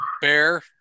Bear